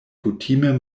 kutime